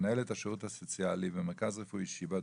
מנהלת השירות הסוציאלי במרכז הרפואי שיבא,